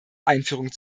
einführung